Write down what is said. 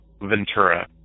Ventura